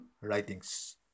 writings